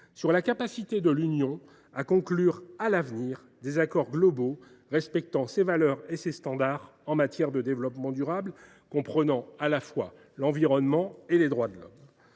sur la capacité de l’Union européenne à conclure, à l’avenir, des accords globaux respectant ses valeurs et ses standards en matière de développement durable, comprenant à la fois l’environnement et les droits de l’homme.